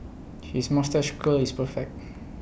his moustache curl is perfect